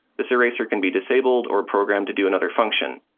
this eraser can be disabled or programmed to do another function.